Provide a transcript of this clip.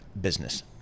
business